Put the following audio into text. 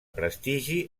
prestigi